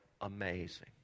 amazing